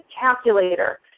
calculator